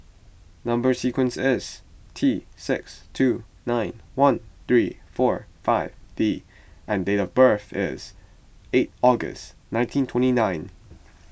Number Sequence is T six two nine one three four five D and date of birth is eight August nineteen twenty nine